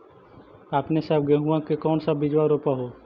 अपने सब गेहुमा के कौन सा बिजबा रोप हू?